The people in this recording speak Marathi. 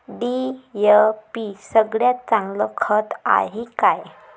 डी.ए.पी सगळ्यात चांगलं खत हाये का?